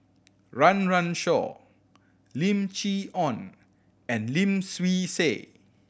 Run Run Shaw Lim Chee Onn and Lim Swee Say